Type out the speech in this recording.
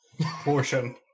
portion